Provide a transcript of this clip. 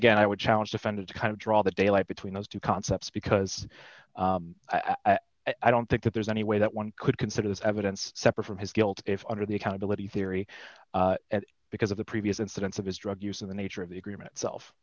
again i would challenge defendants kind of draw the daylight between those two concepts because i don't think that there's any way that one could consider this evidence separate from his guilt if under the accountability theory because of the previous incidents of his drug use and the nature of the agreement itself